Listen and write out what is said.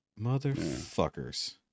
motherfuckers